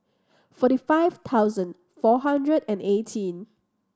forty five thousand four hundred and eighteen